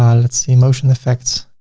ah let's see, motion effects.